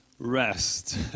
Rest